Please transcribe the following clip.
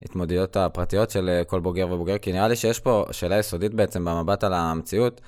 ההתמודדויות הפרטיות של כל בוגר ובוגר, כי נראה לי שיש פה שאלה יסודית בעצם במבט על המציאות.